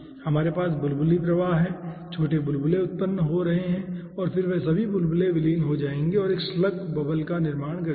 हमारे पास बुलबुली प्रवाह हैं छोटे बुलबुले उत्पन्न हो रहे हैं और फिर वे सभी बुलबुले विलीन हो जाएंगे और एक स्लग बबल का निर्माण करेंगे